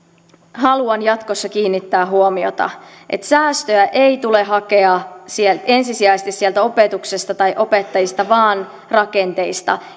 haluan jatkossa kiinnittää huomiota että säästöjä ei tule hakea ensisijaisesti opetuksesta tai opettajista vaan rakenteista